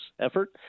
effort